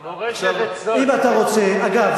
אגב,